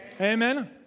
Amen